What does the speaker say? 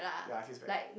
ya he's right